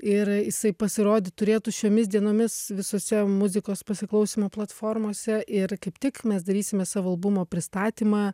ir jisai pasirodyt turėtų šiomis dienomis visose muzikos pasiklausymo platformose ir kaip tik mes darysime savo albumo pristatymą